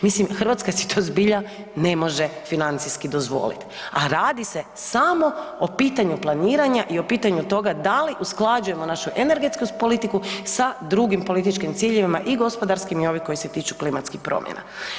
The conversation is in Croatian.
Mislim Hrvatska si to zbilja ne može financijski dozvoliti, a radi se samo o pitanju planiranja i o pitanju toga da li usklađujemo našu energetsku politiku sa drugim političkim ciljevima i gospodarskim i ovim koji se tiču klimatskih promjena.